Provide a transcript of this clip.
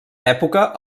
època